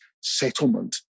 settlement